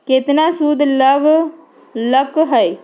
केतना सूद लग लक ह?